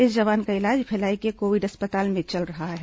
इस जवान का इलाज भिलाई के कोविड अस्पताल में चल रहा है